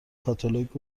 کاتالوگ